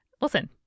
listen